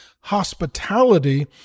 Hospitality